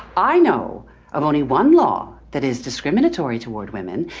i know i'm only one law that is discriminatory toward women,